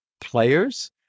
players